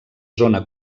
zona